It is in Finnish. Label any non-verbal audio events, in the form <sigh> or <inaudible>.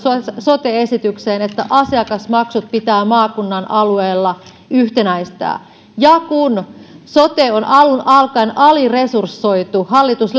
sote esitykseen että asiakasmaksut pitää maakunnan alueella yhtenäistää ja kun sote on alun alkaen aliresursoitu hallitus <unintelligible>